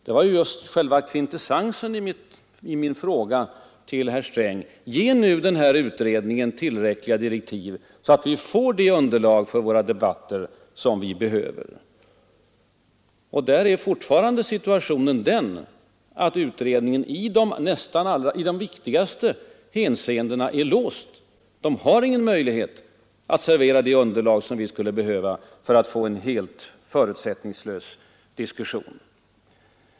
Det var själva kvintessensen i min fråga till herr Sträng: Ge nu den utredningen tillräckliga direktiv, så att vi får det underlag för våra debatter som vi behöver. Därvidlag är fortfarande situationen den att utredningen i de viktigaste hänseendena är låst. Den har ingen möjlighet att servera det underlag vi skulle behöva för att få en helt förutsättningslös diskussion.